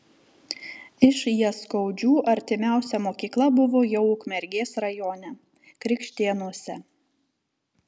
iš jaskaudžių artimiausia mokykla buvo jau ukmergės rajone krikštėnuose